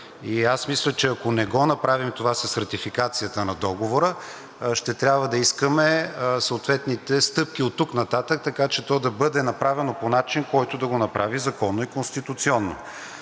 Аз мисля, че ако не го направим това с ратификацията на договора, ще трябва да искаме съответните стъпки оттук нататък, така че то да бъде направено по начин, който да го направи законно и конституционно.